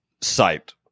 site